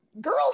girls